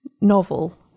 Novel